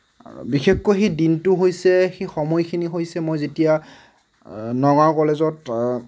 বিশেষকৈ সেই দিনটো হৈছে সেই সময়খিনি হৈছে মই যেতিয়া নগাঁও কলেজত